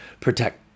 protect